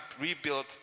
rebuild